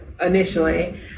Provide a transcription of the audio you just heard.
initially